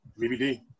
BBD